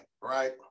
right